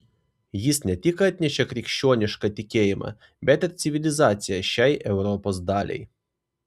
jis ne tik atnešė krikščionišką tikėjimą bet ir civilizaciją šiai europos daliai